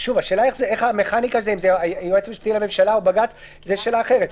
השאלה אם זה יועץ משפטי או בג"ץ זו שאלה אחרת.